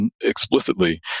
explicitly